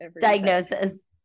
Diagnosis